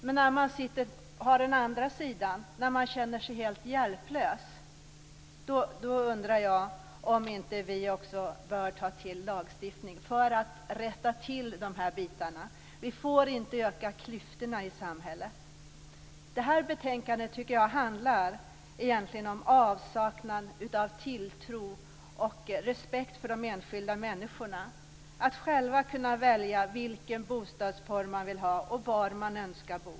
Men när det gäller den svaga sidan, som känner sig helt hjälplös, undrar jag om vi inte också bör ta till lagstiftning för att rätta till problemen. Vi får inte öka klyftorna i samhället. Detta betänkande tycker jag egentligen handlar om avsaknaden av tilltro till och respekt för de enskilda människorna att själva kunna välja bostadsform och avgöra var de vill bo.